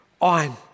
on